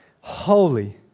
Holy